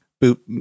boot